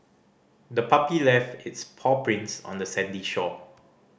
the puppy left its paw prints on the sandy shore